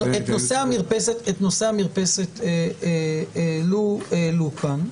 את נושא המרפסת העלו כאן.